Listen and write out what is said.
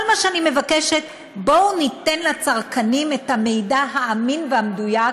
כל מה שאני מבקשת זה: בואו ניתן לצרכנים את המידע האמין והמדויק,